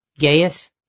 Gaius